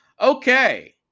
okay